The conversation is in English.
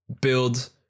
build